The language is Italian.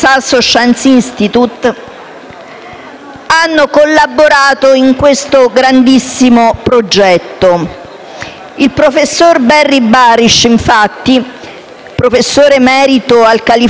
ha collaborato a questo grandissimo progetto. Il professor Barry Barish, infatti, professore emerito al California Institute of Technology,